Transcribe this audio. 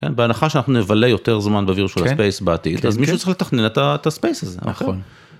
בהנחה שאנחנו נבלה יותר זמן בVirtual Space בעתיד אז מישהו צריך לתכנן את הספייס הזה.